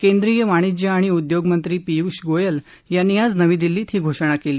केंद्रीय वाणिज्य आणि उद्योग मंत्री पियूष गोयल यांनी आज नवी दिल्लीत ही घोषणा केली